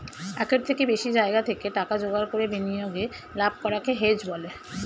একের থেকে বেশি জায়গা থেকে টাকা জোগাড় করে বিনিয়োগে লাভ করাকে হেজ বলে